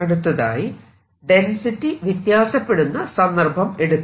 അടുത്തതായി ഡെൻസിറ്റി വ്യത്യാസപ്പെടുന്ന സന്ദർഭം എടുക്കാം